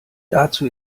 dazu